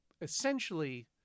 Essentially